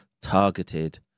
targeted